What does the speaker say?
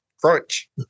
crunch